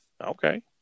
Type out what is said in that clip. Okay